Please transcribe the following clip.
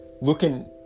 looking